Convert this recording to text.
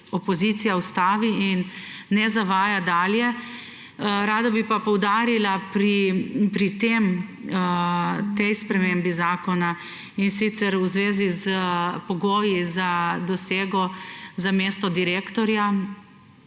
opozicija ustavi in ne zavaja dalje. Rada bi pa poudarila pri tej spremembi zakona, in sicer v zvezi s pogoji za dosego za mesto direktorja